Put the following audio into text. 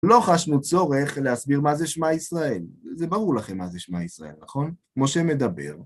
לא חשנו צורך להסביר מה זה שמע ישראל, זה ברור לכם מה זה שמע ישראל, נכון? משה מדבר.